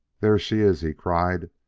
there she is! he cried.